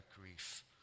grief